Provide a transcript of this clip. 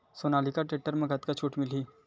Sonalika tractor म कतका छूट मिलही?